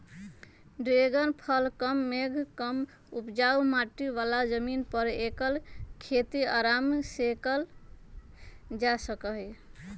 dragon फल कम मेघ कम उपजाऊ माटी बला जमीन पर ऐकर खेती अराम सेकएल जा सकै छइ